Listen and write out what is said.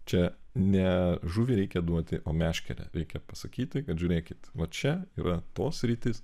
čia ne žuvį reikia duoti o meškerę reikia pasakyti kad žiūrėkit va čia yra tos sritys